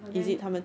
but then